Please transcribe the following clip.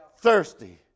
thirsty